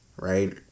right